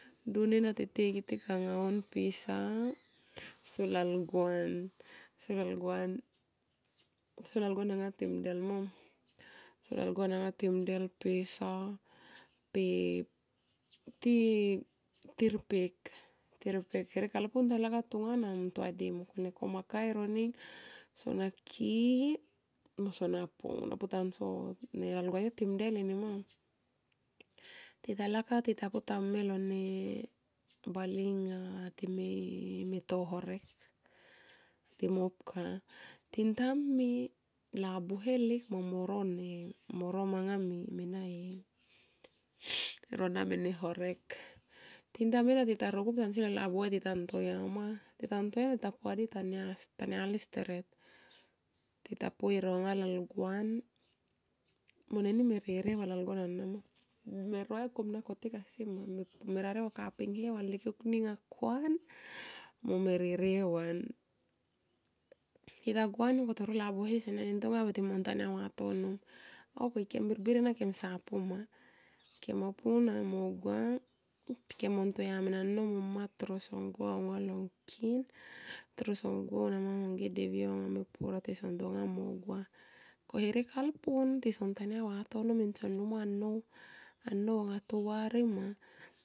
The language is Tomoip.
Dun ena tete i kitik anga on pisa. So lalguan anga timdel ma, so lalguan anga timdel pisa. Tirpek tirpek herek alpun talakap tonga na ti mungtua di mungkone koma kae e roning sona ki i moso na pu na putanso ne lalgua yo timdel enima. Tita lakap tita ta pu ta me lo ne bale nga time horek timo pka tintame labuhe lekma mo ro manga me nae e rona mene horek. Tintame na tita rokuk tansi lo labuhe titantoya ma. Titantoya na tita pai va di tanya ste tanyali steret. Tita poi e ronga lalguan. Mene ni me ririe va lalguan anama. Me roye kona kotik asi ni me rarie kapinghe valilikuk ni nga kuan mo ririe van. Tita gua na mo kotoro labuhe sene nin ntoya pe timo ntanya vatono. O ko ikem birbir enama kemsa pu ma. Kemo puna keno ntoya min. Annou mo amma toro son gua long ngkin toro song go aniama ge devi yo anga me pur anga tison tonga mo gua ko herekalpun tison ntaya vatono tson lunga mo a nnou, annou anga tovare ma.